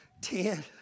ten